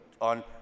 on